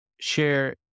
share